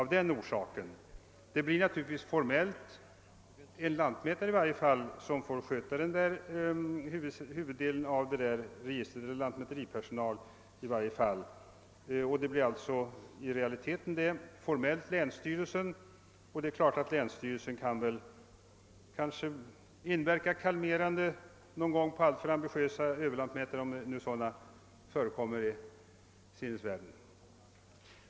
I realiteten blir det naturligtvis en lantmätare — och i varje fall lantmäteripersonal — som får sköta huvuddelen av registret, och formellt blir det länsstyre!sen, som då måhända kan verka kalmerande på alltför ambitiösa överlantmätare, om nu sådana förekommer i sinnevärlden.